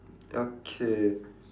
okay